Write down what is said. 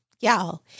y'all